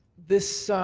this